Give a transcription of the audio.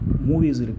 movies